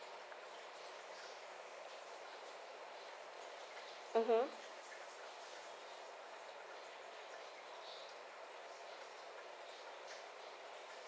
mmhmm